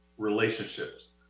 relationships